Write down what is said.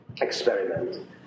experiment